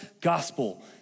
gospel